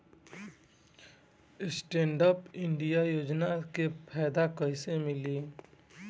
Stand up India योजना के फायदा कैसे मिली?